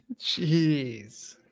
Jeez